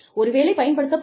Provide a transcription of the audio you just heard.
ஒருவேளை பயன்படுத்தப்படலாம்